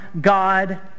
God